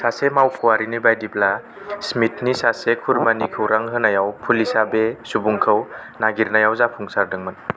सासे मावख'आरिनि बायदिब्ला स्मिथनि सासे खुरमानि खौरां होनायाव पुलिसा बे सुबुंखौ नागिरनायाव जाफुंसारदोंमोन